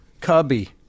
cubby